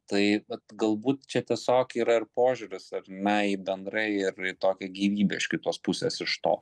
tai vat galbūt čia tiesiog yra ir požiūris ar ne į bendrai ir į tokią gyvybę iš kitos pusės iš to